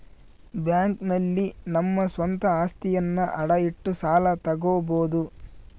bank ನಲ್ಲಿ ನಮ್ಮ ಸ್ವಂತ ಅಸ್ತಿಯನ್ನ ಅಡ ಇಟ್ಟು ಸಾಲ ತಗೋಬೋದು